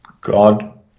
God